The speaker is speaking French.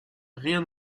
rien